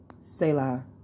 Selah